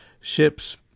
ships